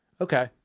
Okay